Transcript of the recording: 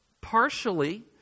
Partially